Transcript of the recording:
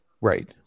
right